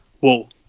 Wall